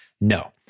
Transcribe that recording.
No